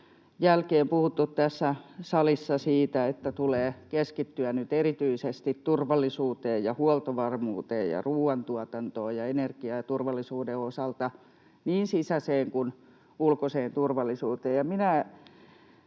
jälkeen puhuttu tässä salissa siitä, että tulee keskittyä nyt erityisesti turvallisuuteen, huoltovarmuuteen, ruoantuotantoon, energiaan — ja turvallisuuden osalta niin sisäiseen kuin ulkoiseen turvallisuuteen.